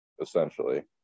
Essentially